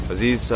Aziz